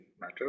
matter